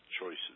choices